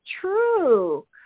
true